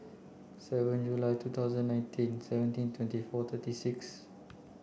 seven July two thousand nineteen seventeen twenty four thirty six